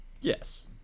yes